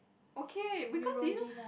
okay because you know